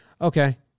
Okay